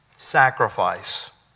sacrifice